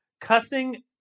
Cussing